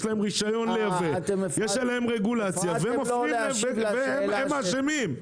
יש להם רישיון לייבא, יש עליהם רגולציה והם אשמים.